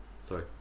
Sorry